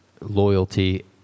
loyalty